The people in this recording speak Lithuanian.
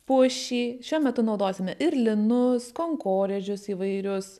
pušį šiuo metu naudosime ir linus kankorėžius įvairius